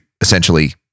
essentially